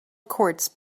courts